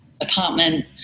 apartment